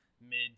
mid